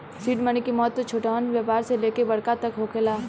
seed money के महत्व छोटहन व्यापार से लेके बड़का तक होखेला